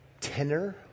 tenor